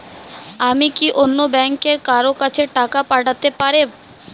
আমি কি অন্য ব্যাংকের কারো কাছে টাকা পাঠাতে পারেব?